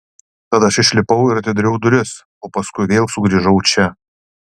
tad aš išlipau ir atidariau duris o paskiau vėl sugrįžau čia